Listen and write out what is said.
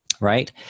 right